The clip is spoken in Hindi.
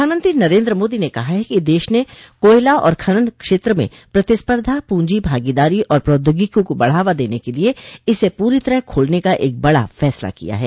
प्रधानमंत्री नरेन्द्र मोदी ने कहा है कि देश ने कोयला और खनन क्षेत्र में प्रतिस्पर्धा पूजी भागीदारी और प्रौद्योगिकी को बढ़ावा देने के लिए इसे पूरी तरह खोलने का एक बड़ा फैसला लिया है